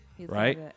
Right